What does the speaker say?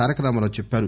తారక రామారావు చెప్పారు